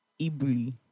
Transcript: Ibri